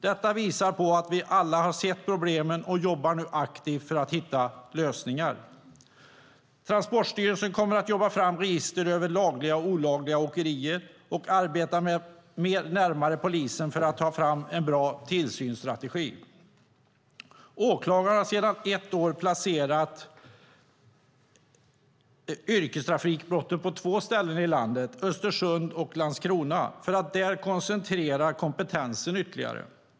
Detta visar på att alla har sett problemen och jobbar nu aktivt för att hitta lösningar. Transportstyrelsen kommer att jobba fram register över lagliga och olagliga åkerier och arbeta närmare polisen för att ta fram en bra tillsynsstrategi. Åklagarna placerade för ett år sedan hanteringen av yrkestrafikbrotten på två ställen i landet, nämligen Östersund och Landskrona, för att där koncentrera kompetensen ytterligare.